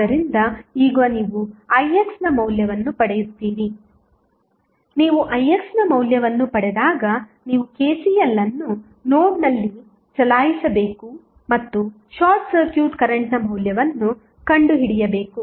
ಆದ್ದರಿಂದ ಈಗ ನೀವು ix ನ ಮೌಲ್ಯವನ್ನು ಪಡೆಯುತ್ತೀರಿ ನೀವು ix ನ ಮೌಲ್ಯವನ್ನು ಪಡೆದಾಗ ನೀವು KCL ಅನ್ನು ನೋಡ್ನಲ್ಲಿ ಚಲಾಯಿಸಬೇಕು ಮತ್ತು ಶಾರ್ಟ್ ಸರ್ಕ್ಯೂಟ್ ಕರೆಂಟ್ನ ಮೌಲ್ಯವನ್ನು ಕಂಡುಹಿಡಿಯಬೇಕು